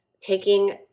taking